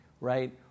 right